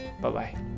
bye-bye